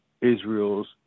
Israel's